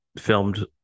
filmed